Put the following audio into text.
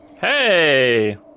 Hey